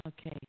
okay